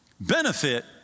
benefit